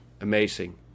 amazing